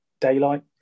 daylight